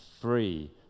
free